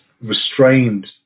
restrained